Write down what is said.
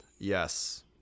Yes